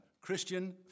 Christian